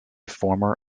former